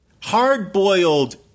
hard-boiled